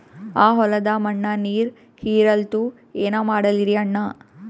ಆ ಹೊಲದ ಮಣ್ಣ ನೀರ್ ಹೀರಲ್ತು, ಏನ ಮಾಡಲಿರಿ ಅಣ್ಣಾ?